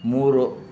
ಮೂರು